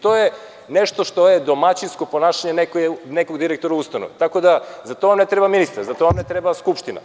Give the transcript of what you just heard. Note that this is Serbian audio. To je nešto što je domaćinsko ponašanje nekog direktora ustanove, tako da vam za to ne treba ministar, za to vam ne treba Skupština.